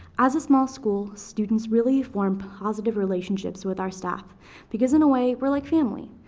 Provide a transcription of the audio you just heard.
as a small school, students really form positive relationships with our staff because in a way we're like family.